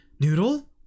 Noodle